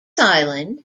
island